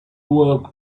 work